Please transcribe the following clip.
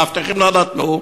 המאבטחים לא נתנו,